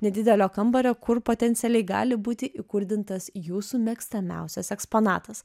nedidelio kambario kur potencialiai gali būti įkurdintas jūsų mėgstamiausias eksponatas